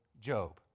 Job